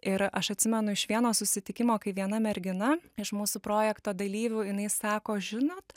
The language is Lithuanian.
ir aš atsimenu iš vieno susitikimo kai viena mergina iš mūsų projekto dalyvių jinai sako žinot